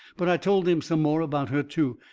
but i told him some more about her, too.